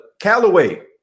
Callaway